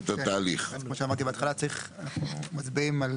כמו שאמרתי בהתחלה, מצביעים על